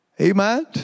Amen